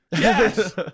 yes